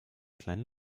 kleinen